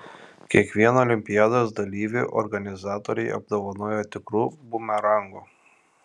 kiekvieną olimpiados dalyvį organizatoriai apdovanojo tikru bumerangu